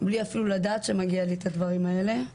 בלי אפילו לדעת שמגיע לי את הדברים האלה.